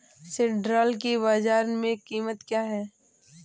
सिल्ड्राल की बाजार में कीमत क्या है?